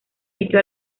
sitio